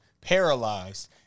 paralyzed